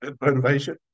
motivation